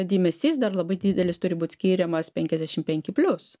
dėmesys dar labai didelis turi būt skiriamas penkiasdešimt penki plius